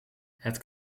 het